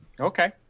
okay